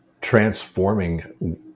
transforming